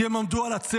כי הם עמדו על הצדק.